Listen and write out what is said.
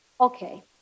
Okay